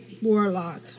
Warlock